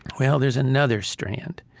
well there's another strand,